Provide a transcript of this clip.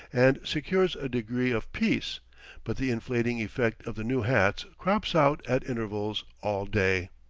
and secures a degree of peace but the inflating effect of the new hats crops out at intervals all day.